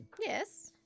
Yes